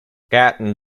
captain